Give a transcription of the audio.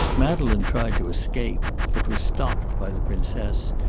madeleine tried to escape, but was stopped by the princess,